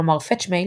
כלומר FetchMail